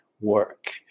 work